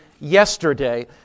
yesterday